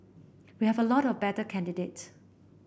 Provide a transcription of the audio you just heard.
we have a lot of better candidates